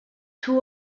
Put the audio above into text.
two